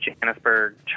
Johannesburg